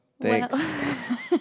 thanks